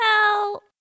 help